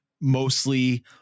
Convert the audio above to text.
mostly